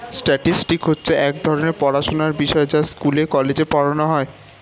statistics হচ্ছে এক ধরণের পড়াশোনার বিষয় যা স্কুলে, কলেজে পড়ানো হয়